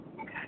Okay